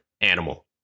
animal